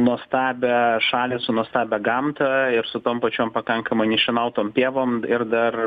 nuostabią šalį su nuostabia gamta ir su tom pačiom pakankamai nešienautom pievom ir dar